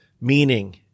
meaning